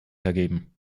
weitergeben